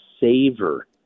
savor